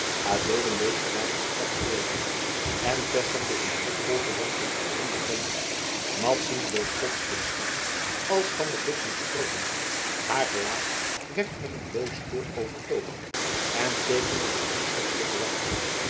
adeelen deed verbaasd een stap voorwaarts en vestigde een blik vol verwachting op den onbekende madzy bleef plotselings staan als van den bliksem getroffen haar gelaat werd met een doodskleur overtogen en teekende de angstigste verwachting